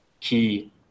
key